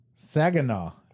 Saginaw